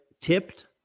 tipped